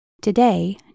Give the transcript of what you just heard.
Today